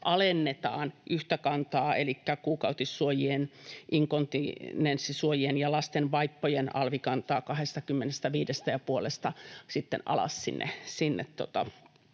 alennetaan yhtä kantaa elikkä kuukautissuojien, inkontinenssisuojien ja lasten vaippojen alvikantaa 25,5:sta sitten